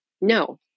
No